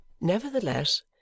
Nevertheless